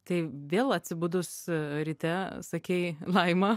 tai vėl atsibudus ryte sakei laima